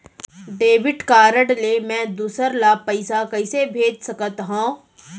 Debit card ले मैं दूसर ला पइसा कइसे भेज सकत हओं?